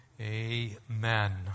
amen